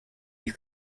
you